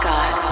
God